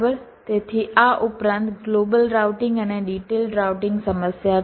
તેથી આ ઉપરાંત ગ્લોબલ રાઉટિંગ અને ડિટેલ્ડ રાઉટિંગ સમસ્યા છે